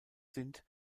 sind